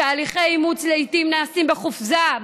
תהליכי אימוץ לעיתים נעשים בחופזה,